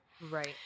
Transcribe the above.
Right